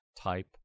type